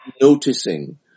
noticing